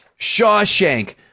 shawshank